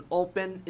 open